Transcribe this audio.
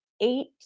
eight